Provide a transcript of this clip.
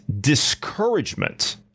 discouragement